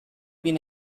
been